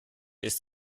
ist